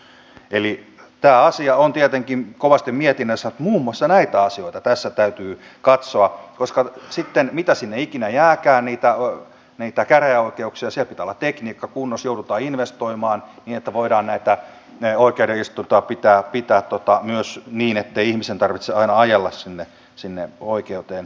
eli tämä asia on tietenkin kovasti mietinnässä että muun muassa näitä asioita tässä täytyy katsoa koska sitten mitä sinne ikinä jääkään niitä käräjäoikeuksia siellä pitää tekniikan olla kunnossa joudutaan investoimaan niin että voidaan näitä oikeuden istuntoja pitää myös niin ettei ihmisen tarvitse aina ajella sinne oikeuteen